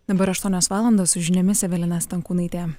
dabar aštuonios valandos su žiniomis evelina stankūnaitė